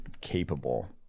capable